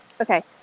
Okay